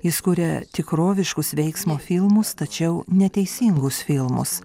jis kuria tikroviškus veiksmo filmus tačiau neteisingus filmus